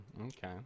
Okay